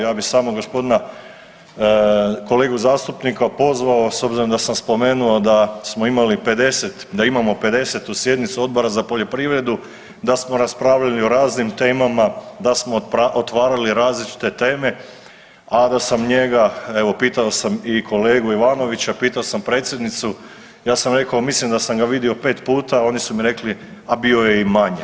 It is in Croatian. Ja bi samo gospodina kolegu zastupnika pozvao s obzirom da sam spomenuo da smo imali 50, da imamo 50-u sjednicu Odbora za poljoprivrednu, da smo raspravljali o raznim temama, da smo otvarali različite teme, a da sam njega evo pitao sam i kolegu Ivanovića, pitao sam predsjednicu ja sam rekao mislim da sam ga vidio 5 puta, oni su mi rekli, a bio je i manje.